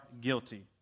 guilty